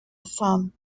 son